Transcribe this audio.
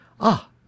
Ah